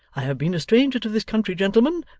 i have been a stranger to this country, gentlemen,